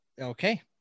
Okay